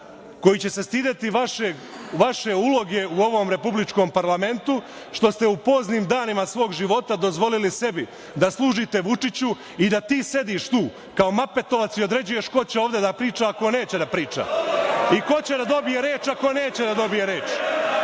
koji će se stideti vaše uloge u ovom Republičkom parlamentu što ste u poznim danima svog života dozvolili sebi da služite Vučiću i da ti sediš tu kao Mapetovac i određuješ ko će ovde da priča i ko neće da priča i ko će da dobije reč i ko neće da dobije reč